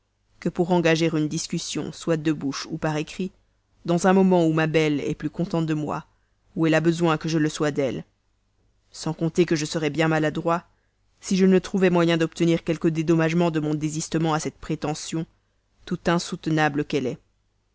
que pour engager une discussion soit de bouche ou par écrit dans un moment où ma belle est plus contente de moi où elle a besoin que je le sois d'elle sans compter que je serais bien maladroit si je ne trouvais moyen d'obtenir quelque dédommagement de mon désistement à cette prétention toute insoutenable qu'elle est